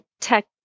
tech